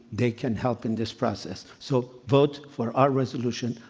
they can help in this process. so, vote for our resolution.